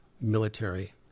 military